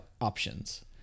options